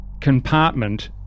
compartment